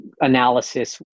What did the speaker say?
analysis